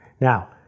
Now